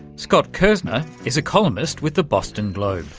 scott kirsner is a columnist with the boston globe.